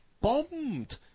bombed